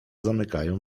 zamykają